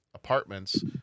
Apartments